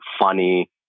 funny